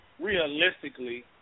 realistically